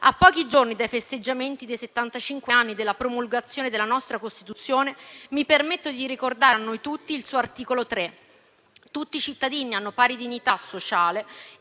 A pochi giorni dai festeggiamenti dai settantacinque anni della promulgazione della nostra Costituzione, mi permetto di ricordare a noi tutti il suo articolo 3: «Tutti i cittadini hanno pari dignità sociale